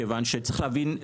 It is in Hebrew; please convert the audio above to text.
מכיוון שצריך להבין,